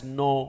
no